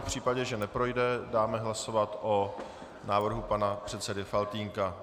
V případě, že neprojde, dáme hlasovat o návrhu pana předsedy Faltýnka.